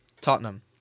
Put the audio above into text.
Tottenham